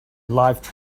lifes